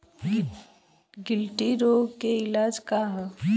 गिल्टी रोग के इलाज का ह?